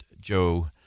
Joe